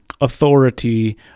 authority